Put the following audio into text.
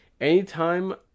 anytime